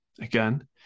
again